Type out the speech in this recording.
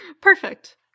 Perfect